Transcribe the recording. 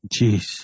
Jeez